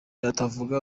abatavuga